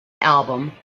album